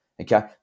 okay